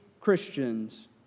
Christians